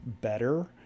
better